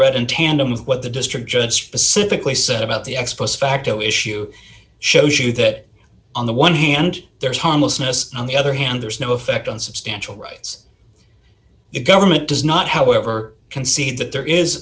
read in tandem with what the district judge specifically said about the ex post facto issue shows you that on the one hand there's homelessness on the other hand there's no effect on substantial rights government does not however concede that there is